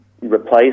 replace